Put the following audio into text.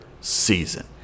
season